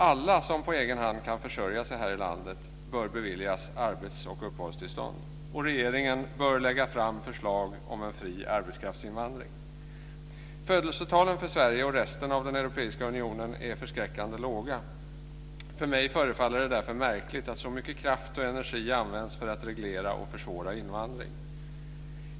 Alla som på egen hand kan försörja sig i landet bör beviljas arbets och uppehållstillstånd. Regeringen bör lägga fram förslag om en fri arbetskraftsinvandring. Födelsetalen för Sverige och resten av den europeiska unionen är förskräckande låga. För mig förefaller det därför märkligt att så mycket kraft och energi används för att reglera och försvåra invandring.